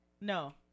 no